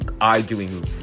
arguing